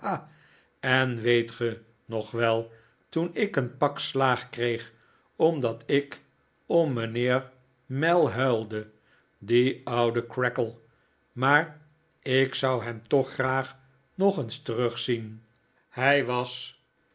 en weet ge nog wel toen ik een pak slaag kreeg omdat ik om mijnheer mell huilde die oude creakle maar ik zou hem toch graag nog eens terugzien hij was